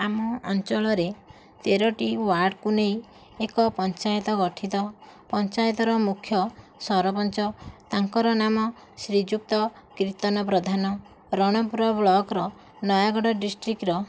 ଆମ ଅଞ୍ଚଳରେ ତେରଟି ୱାର୍ଡକୁ ନେଇ ଏକ ପଞ୍ଚାୟତ ଗଠିତ ପଞ୍ଚାୟତର ମୁଖ୍ୟ ସରପଞ୍ଚ ତାଙ୍କର ନାମ ଶ୍ରୀଯୁକ୍ତ କୀର୍ତ୍ତନ ପ୍ରଧାନ ରଣପୁର ବ୍ଲକର ନୟାଗଡ଼ ଡିଷ୍ଟ୍ରିକର